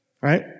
Right